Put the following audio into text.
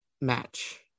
match